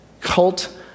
cult